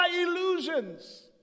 illusions